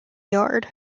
yard